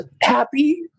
happy